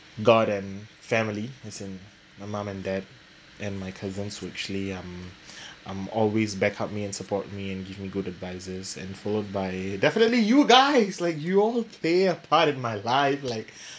god and family as in my mum and dad and my cousins who actually um um always back up me and support me and give me good advices and followed by definitely you guys like you all play a part in my life like